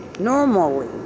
Normally